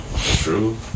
True